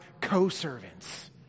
co-servants